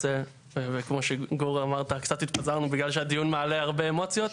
אז כמו שגור אמר קצת התפזרנו בגלל שהטיעון מעלה הרבה אמוציות.